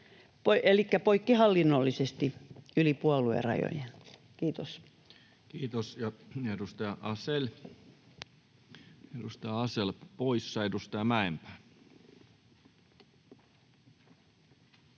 poikkihallinnollisesti yli puoluerajojen. — Kiitos. Kiitos. — Edustaja Asell poissa. — Edustaja Mäenpää.